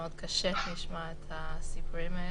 מאוד קשה לשמוע את הסיפורים האלה,